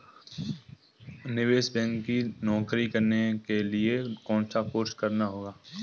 निवेश बैंकर की नौकरी करने के लिए कौनसा कोर्स करना होगा?